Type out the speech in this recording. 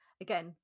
again